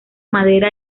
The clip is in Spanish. madera